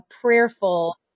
prayerful